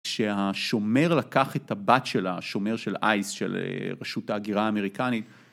כשהשומר לקח את הבת שלה, השומר של אייס, של רשות ההגירה האמריקנית.